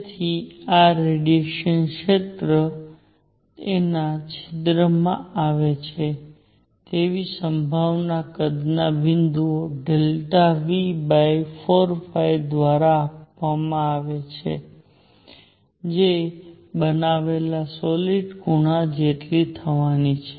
તેથી આ રેડીએશન ક્ષેત્ર એના છિદ્રમાં આવે તેવી સંભાવના કદના બિંદુઓ V4 દ્વારા બનાવવામાં આવેલા સોલીડ ખૂણા જેટલી થવાની છે